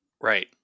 Right